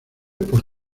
por